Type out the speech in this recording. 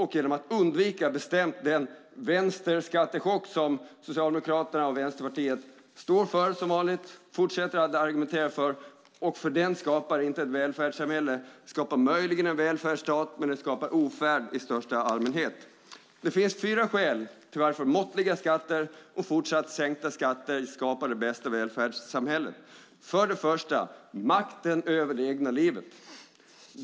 Vi ska undvika den vänsterskatteschock som Socialdemokraterna och Vänsterpartiet som vanligt fortsätter att argumentera för. Den skapar inte ett välfärdssamhälle. Den skapar möjligen en välfärdsstat, men den skapar ofärd i största allmänhet. Det finns fyra skäl till att måttliga skatter och fortsatt sänkta skatter skapar det bästa välfärdssamhället. För det första: Det handlar om makten över det egna livet.